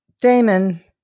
Damon